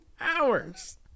hours